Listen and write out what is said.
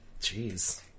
Jeez